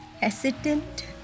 Hesitant